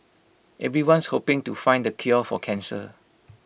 everyone's hoping to find the cure for cancer